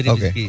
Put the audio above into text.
Okay